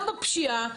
גם בפשיעה.